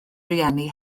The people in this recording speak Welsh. rhieni